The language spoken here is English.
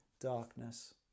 darkness